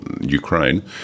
Ukraine